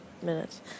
minutes